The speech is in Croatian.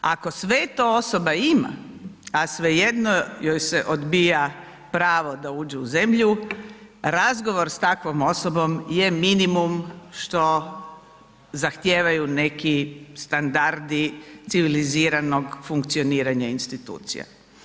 Ako sve to osoba ima, a svejedno joj se odbija pravo da uđe u zemlju, razgovor s takvom osobom je minimum što zahtijevaju neki standardi civiliziranog funkcioniranja institucija.